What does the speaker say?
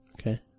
Okay